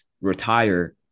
retire